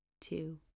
two